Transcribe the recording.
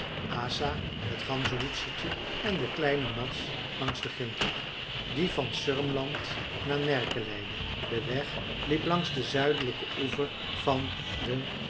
asa het ganzenhoedstertje en de kleine mads langs den grintweg die van sörmland naar närke leidde de weg liep langs den zuidelijken oever van den